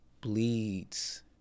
bleeds